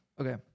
Okay